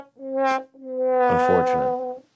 unfortunate